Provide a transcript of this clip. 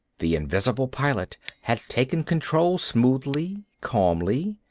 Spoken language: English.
the invisible pilot had taken control smoothly, calmly.